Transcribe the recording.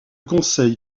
conseil